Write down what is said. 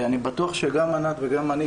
אני בטוח שגם ענת וגם אני,